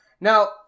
Now